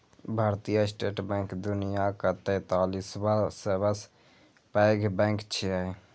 भारतीय state bank दुनियाक तैंतालिसवां सबसं पैघ बैंक छियै